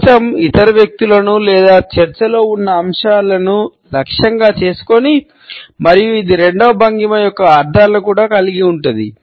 కవచం ఇతర వ్యక్తులను లేదా చర్చలో ఉన్న అంశాన్ని లక్ష్యంగా చేసుకోవచ్చు మరియు ఇది రెండవ భంగిమ యొక్క అర్థాలను కూడా కలిగి ఉంటుంది